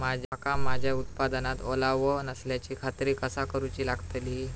मका माझ्या उत्पादनात ओलावो नसल्याची खात्री कसा करुची लागतली?